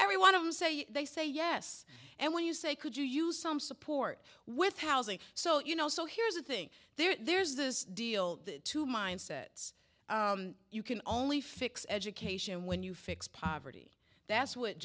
every one of them say they say yes and when you say could you use some support with housing so you know so here's the thing there's this deal to mindsets you can only fix education when you fix poverty that's what